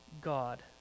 God